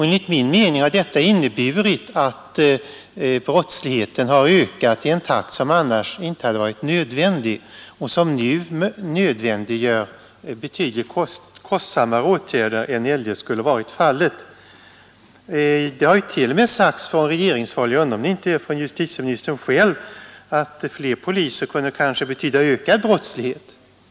Enligt min mening har detta inneburit att brottsligheten har ökat i en takt som annars inte hade varit nödvändig och som nu nödvändiggör betydligt kostsammare åtgärder än eljest skulle ha varit fallet. Det har ju t.o.m. sagts från regeringshåll — jag undrar om det inte var justitieministern själv som sade det — att fler poliser kunde kanske betyda ökad brottslighet.